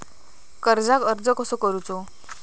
कर्जाक अर्ज कसो करूचो?